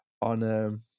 on